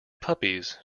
puppies